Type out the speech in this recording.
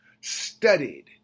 studied